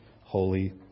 holy